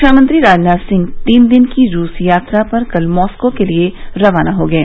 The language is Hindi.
रक्षामंत्री राजनाथ सिंह तीन दिन की रूस यात्रा पर कल मॉस्को के लिए रवाना हो गए